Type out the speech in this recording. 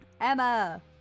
Emma